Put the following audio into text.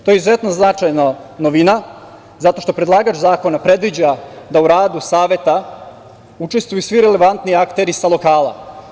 To je izuzetno značajna novina, zato što predlagač zakona predviđa da u radu saveta učestvuju svi relevantni akteri sa lokala.